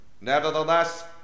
Nevertheless